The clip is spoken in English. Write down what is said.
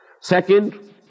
Second